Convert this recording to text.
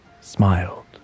smiled